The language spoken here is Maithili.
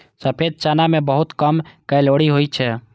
सफेद चना मे बहुत कम कैलोरी होइ छै